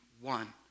one